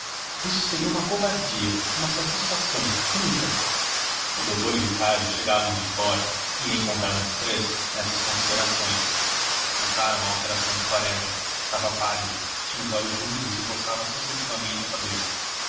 isto seria uma covardia uma satisfação nunca o doutor e ricardo chegavam de fora e encontraram os três nessas considerações notaram a alteração de quaresma estava pálido tinha os olhos úmidos e coçava sucessivamente a cabeça